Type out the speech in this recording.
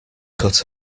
cut